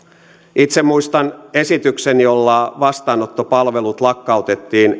itse muistan esityksen jolla vastaanottopalvelut lakkautettiin